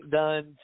done